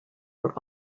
were